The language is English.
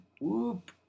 Whoop